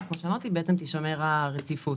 תישמר הרציפות.